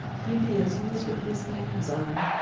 he be as miserably slaine as i.